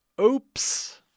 Oops